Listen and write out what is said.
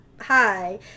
Hi